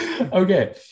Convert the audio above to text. Okay